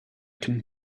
can